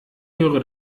höre